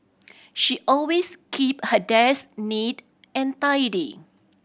she always keep her desk neat and tidy